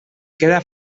queda